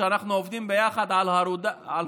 ואנחנו עובדים יחד על הורדת